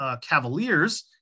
Cavaliers